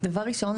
דבר ראשון,